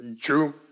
True